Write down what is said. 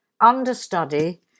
understudy